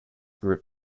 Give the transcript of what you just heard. group